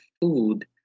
food